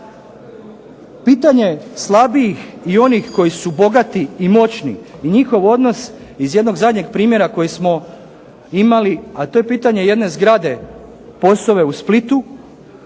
Pitanje slabijih i onih koji su bogati i moćni i njihov odnos iz jednog zadnjeg primjera koji smo imali, a to je pitanje jedne zgrade POS-ove u Splitu,